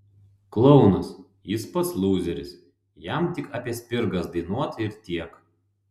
klounas jis pats lūzeris jam tik apie spirgas dainuot ir tiek